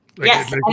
yes